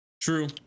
True